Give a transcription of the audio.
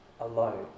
alone